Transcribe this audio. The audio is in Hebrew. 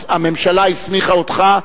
הממשלה הסמיכה אותך.